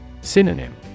Synonym